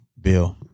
bill